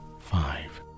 five